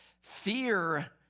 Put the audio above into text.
Fear